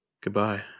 Goodbye